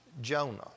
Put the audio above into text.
Jonah